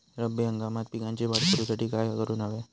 रब्बी हंगामात पिकांची वाढ करूसाठी काय करून हव्या?